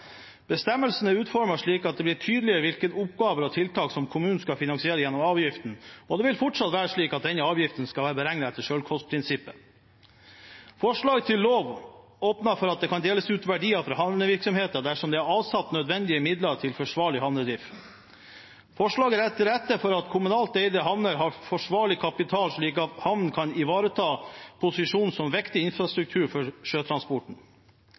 Bestemmelsen er utformet slik at det blir tydeligere hvilke oppgaver og tiltak kommunen kan finansiere gjennom avgiften, og det vil fortsatt være slik at denne avgiften skal være beregnet etter selvkostprinsippet. Forslaget til lov åpner for at det kan deles ut verdier fra havnevirksomheten dersom det er avsatt nødvendige midler til forsvarlig havnedrift. Forslaget legger til rette for at kommunalt eide havner har forsvarlig kapital, slik at havnen kan ivareta sin posisjon som viktig infrastruktur for sjøtransporten.